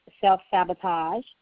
self-sabotage